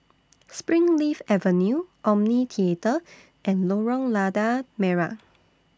Springleaf Avenue Omni Theatre and Lorong Lada Merah